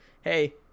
hey